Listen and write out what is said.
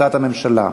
הצעת הממשלה.